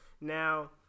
Now